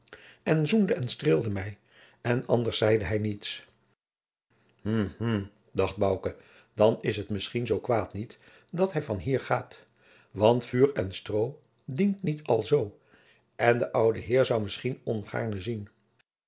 en zoende en streelde mij en anders zeide hij niets hm hm dacht bouke dan is t misschien zoo kwaad niet dat hij van hier gaat want vuur en stroo dient niet alzoo en de oude heer zou misschien ongaarne zien